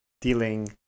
dealing